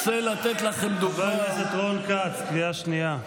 חבר הכנסת רון כץ, קריאה שנייה.